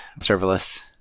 serverless